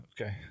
Okay